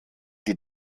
die